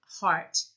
Heart